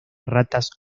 ratas